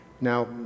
now